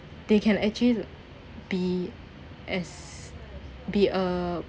they can actually be as be a